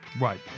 Right